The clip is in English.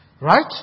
Right